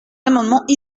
amendements